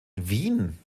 wien